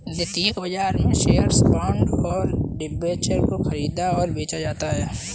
द्वितीयक बाजार में शेअर्स, बॉन्ड और डिबेंचर को ख़रीदा और बेचा जाता है